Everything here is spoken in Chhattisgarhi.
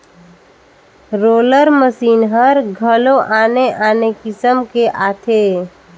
रोलर मसीन हर घलो आने आने किसम के आथे